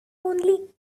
only